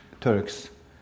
Turks